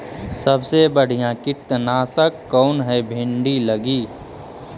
सबसे बढ़िया कित्नासक कौन है भिन्डी लगी?